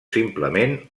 simplement